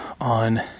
on